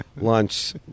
lunch